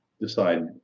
decide